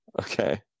Okay